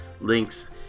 links